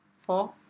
four